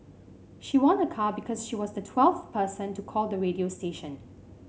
she won a car because she was the twelfth person to call the radio station